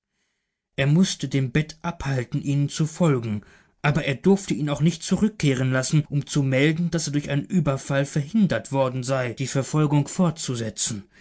er mußte den bed abhalten ihnen zu folgen aber er durfte ihn auch nicht zurückkehren lassen um zu melden daß er durch einen überfall verhindert worden sei die verfolgung fortzusetzen